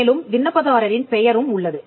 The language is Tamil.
மேலும் விண்ணப்பதாரரின் பெயரும் உள்ளது